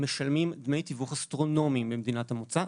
משלמים דמי תיווך אסטרונומיים במדינת המוצא.